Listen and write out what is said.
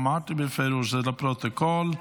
אמרתי בפירוש שזה לפרוטוקול,